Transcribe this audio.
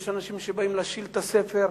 יש אנשים שבאים לשאול את הספר.